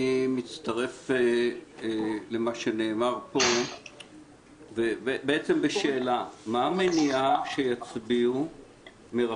אני מצטרף למה שנאמר פה ורוצה לשאול מהי המניעה שיצביעו מרחוק?